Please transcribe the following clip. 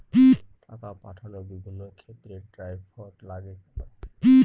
টাকা পাঠানোর বিভিন্ন ক্ষেত্রে ড্রাফট লাগে কেন?